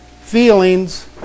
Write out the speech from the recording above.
feelings